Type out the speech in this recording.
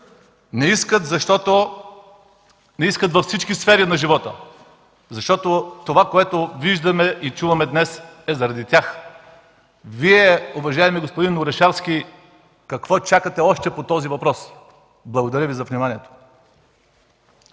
Не искат във всички сфери на живота, защото това което виждаме и чуваме днес е заради тях. Вие, уважаеми господин Орешарски, какво чакате още по този въпрос? Благодаря Ви за вниманието.